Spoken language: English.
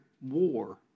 war